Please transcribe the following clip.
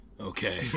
okay